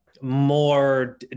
more